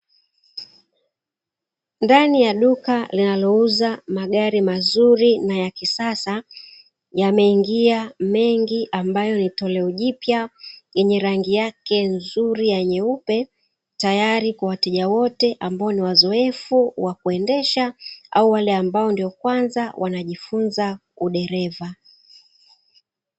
Ndani ya duka linalouza magari mazuri na ya kisasa, yameingia mengi ambayo ni toleo jipya yenye rangi yake nzuri ya nyeupe. Tayari kwa wateja wote ambao ni wazoefu wa kuendesha, au wale ambao ndo kwanza wanajifunza udereva.